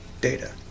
data